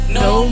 no